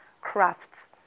Crafts